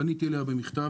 פניתי אליה במכתב,